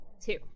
Two